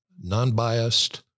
non-biased